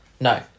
no